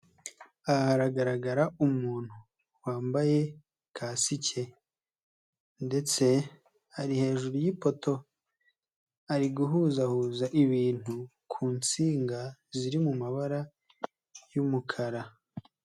Aha haragaragara umuntu wambaye kasike ndetse ari hejuru y'ipoto ari guhuzahuza ibintu ku nsinga ziri mu mabara y'umukara.